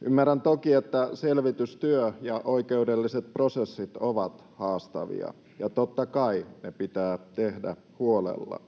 Ymmärrän toki, että selvitystyö ja oikeudelliset prosessit ovat haastavia, ja totta kai ne pitää tehdä huolella.